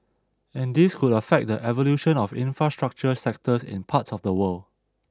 and this could affect the evolution of infrastructure sectors in parts of the world